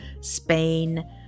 Spain